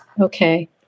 Okay